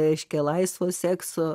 reiškia laisvo sekso